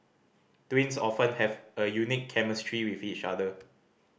twins often have a unique chemistry with each other